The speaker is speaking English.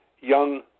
young